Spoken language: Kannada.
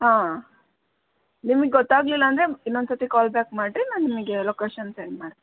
ಹಾಂ ನಿಮಗೆ ಗೊತ್ತಾಗಲಿಲ್ಲ ಅಂದರೆ ಇನ್ನೊಂದ್ಸತಿ ಕಾಲ್ ಬ್ಯಾಕ್ ಮಾಡಿ ನಾನು ನಿಮಗೆ ಲೋಕೇಶನ್ ಸೆಂಡ್ ಮಾಡ್ತೀನಿ